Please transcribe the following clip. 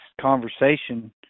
conversation